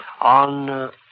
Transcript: On